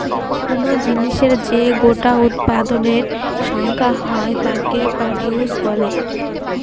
কোন জিনিসের যে গোটা উৎপাদনের সংখ্যা হয় তাকে প্রডিউস বলে